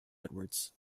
edwards